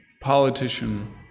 politician